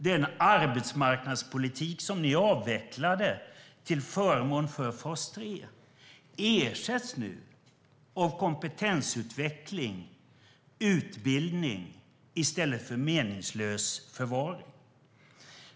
Den arbetsmarknadspolitik som ni avvecklade till förmån för fas 3 ersätts nu av kompetensutveckling och utbildning i stället för meningslös förvaring.